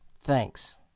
thanks